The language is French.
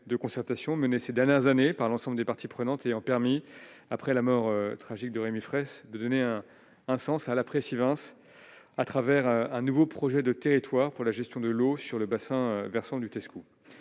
de concertation mené ces dernières années par l'ensemble des parties prenantes ayant permis après la mort tragique de Rémi Fraisse, donner un un sens à l'après Sivens à travers un nouveau projet de territoire pour la gestion de l'eau sur le bassin versant du Tesco,